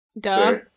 Duh